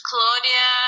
Claudia